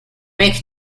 make